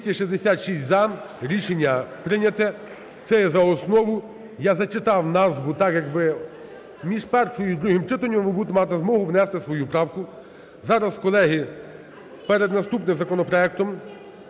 За-266 Рішення прийняте. Це є за основу. Я зачитав назву так, як ви, між першим і другим читанням ви будете мати змогу внести свою правку. Зараз, колеги, перед наступним законопроектом